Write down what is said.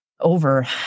over